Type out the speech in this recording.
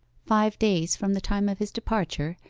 five days from the time of his departure,